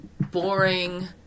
boring